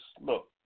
look